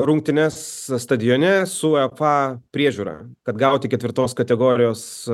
rungtynes stadione su uefa priežiūra kad gauti ketvirtos kategorijos